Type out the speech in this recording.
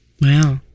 Wow